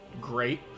great